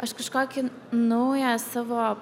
aš kažkokį naują savo